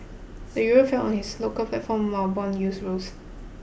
the Euro fell on his local platform while bond yields rose